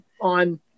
on